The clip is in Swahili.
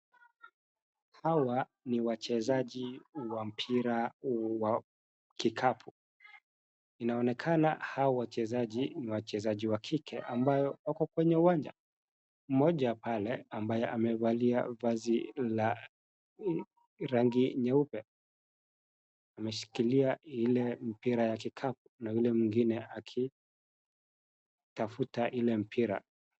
Hawa ni wachezaji wa mpira wa kikapu, inaonekana hawa wachezaji ni wachezaji wa kike ambao wako kwenye uwanja, mmoja pale ambaye amevalia vazi la rangi nyeupe ameshikilia ile mpira ya kikapu na ule mwingine akitafuta ile mpira.